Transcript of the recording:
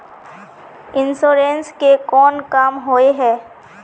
Insurance के कोन काम होय है?